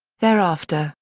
thereafter,